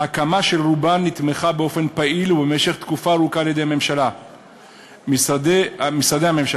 ההקמה של רובן נתמכה באופן פעיל ובמשך תקופה ארוכה על-ידי משרדי הממשלה.